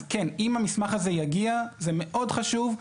אם המסמך הזה יגיע, זה מאוד חשוב.